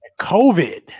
COVID